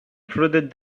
prodded